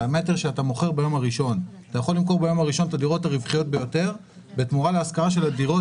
המטר שאתה מוכר ביום הראשון אתה יכול למכור ביום הראשון את הדירות